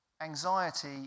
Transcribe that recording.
Anxiety